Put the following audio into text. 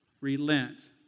relent